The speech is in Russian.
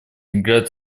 играет